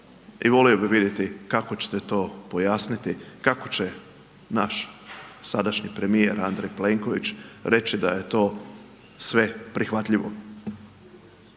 I volio bih vidjeti kako ćete to pojasniti, kako će naš sadašnji premijer Andrej Plenković reći da je to sve prihvatljivo.